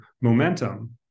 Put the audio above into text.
momentum